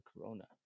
corona